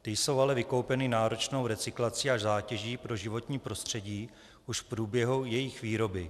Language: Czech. Ty jsou ale vykoupeny náročnou recyklací až zátěží pro životní prostředí už v průběhu jejich výroby.